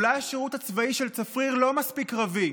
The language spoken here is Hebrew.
אולי השירות הצבאי של צפריר לא מספיק קרבי,